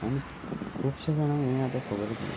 आनी खुबशे जाणां हें आतां खबरच ना